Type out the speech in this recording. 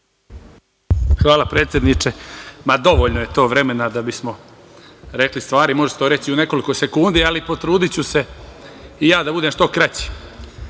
Hvala predsedniče. Dovoljno je to vremena da bismo rekli stvari. Može se to reći i u nekoliko sekundi, ali potrudiću se i ja da budem što kraći.